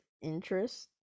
interest